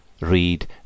read